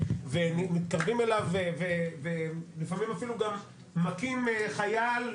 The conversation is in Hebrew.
ומתקרבים אליו ולפעמים אפילו גם מכים חייל,